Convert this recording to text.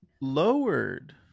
lowered